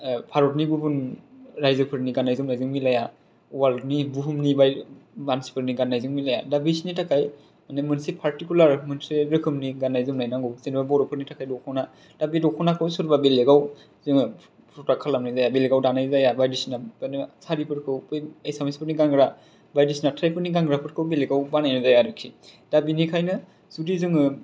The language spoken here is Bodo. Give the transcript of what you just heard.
भारतनि गुबुन रायजोफोरनि गाननाय जोमनायजों मिलाया वार्ल्डनि बुहुमनि मानसिफोरनि गाननायजों मिलाया दा बैसिनि थाखाय माने मोनसे फारथिकुलार मोनसे रोखोमनि गाननाय जोमनाय नांगौ जेनेबा बर'फोरनि थाखाय दख'ना दा बे दख'नाखौ सोरबा बेलेगाव जोङो फ्रदाक्ट खालामनाय जाया बेलेगआव दानाय जाया बायदिसिना बा नोङो सारिफोरखौ बे एसामिसफोरनि गानग्रा बायदिसिना त्राइबफोरनि गानग्राफोरखौ बेलेगआव बानायनाय जाया आरोखि दा बेनिखायनो जुदि जोङो